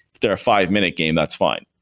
they're a five-minute game, that's fine.